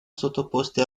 sottoposti